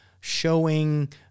showing